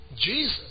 Jesus